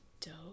dope